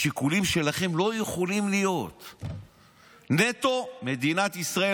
השיקולים שלכם לא יכולים להיות נטו מדינת ישראל,